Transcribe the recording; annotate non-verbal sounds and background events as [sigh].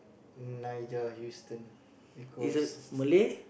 Nigel-Huston [breath] because [breath]